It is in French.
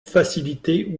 faciliter